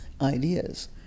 ideas